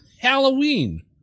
Halloween